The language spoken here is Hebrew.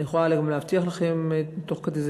אני יכולה גם להבטיח לכם תוך כדי זה